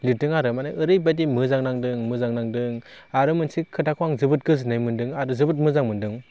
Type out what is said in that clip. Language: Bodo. लिरदों आरो मानि ओरैबादि मोजां नांदों मोजां नांदों आरो मोनसे खोथाखौ आं जोबोद गोजोन्नाय मोन्दों आरो जोबोद मोजां मोनदों